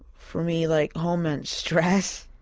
for me like home meant stress,